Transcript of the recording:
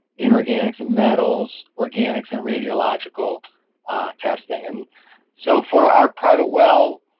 inorganics and metals, organics and radiological testing. and so for our private well